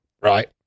Right